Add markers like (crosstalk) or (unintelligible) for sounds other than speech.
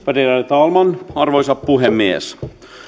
(unintelligible) värderade talman arvoisa puhemies